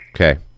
Okay